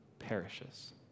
perishes